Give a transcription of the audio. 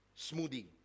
Smoothie